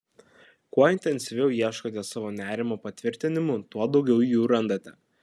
kuo intensyviau ieškote savo nerimo patvirtinimų tuo daugiau jų randate